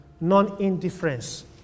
non-indifference